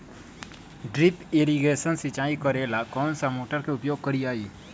Drip irrigation सिंचाई करेला कौन सा मोटर के उपयोग करियई?